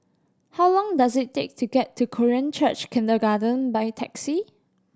how long does it take to get to Korean Church Kindergarten by taxi